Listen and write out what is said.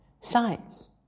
Science